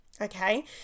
Okay